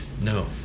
no